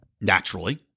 naturally